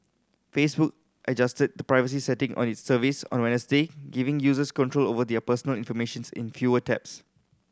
Facebook adjusted the privacy setting on its service on Wednesday giving users control over their personal information's in fewer taps